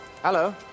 Hello